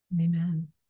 Amen